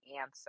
answer